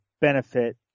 benefit